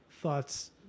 thoughts